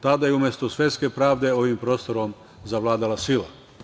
Tada je umesto svetske pravde ovim prostorom zavladala sila.